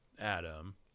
Adam